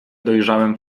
dojrzałem